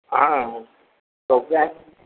हँ तऽ ओकरा